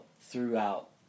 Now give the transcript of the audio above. throughout